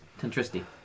Tentristi